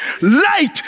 Light